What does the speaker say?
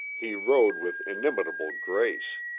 he rode with inimitable grace.